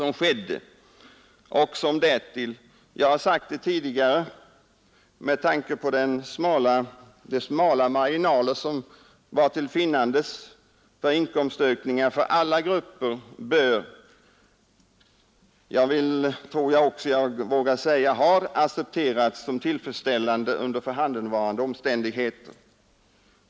Med tanke på de smala marginaler som var till finnandes för inkomstökningar för alla grupper bör denna uppgörelse — jag har sagt det tidigare — accepteras såsom tillfredsställande under förhandenvarande omständigheter. Jag tror också att så är fallet.